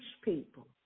people